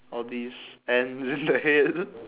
all these and then the head